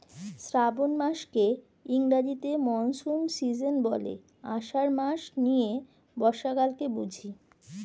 শ্রাবন মাসকে ইংরেজিতে monsoon season বলে, আষাঢ় মাস নিয়ে বর্ষাকালকে বুঝি